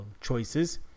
choices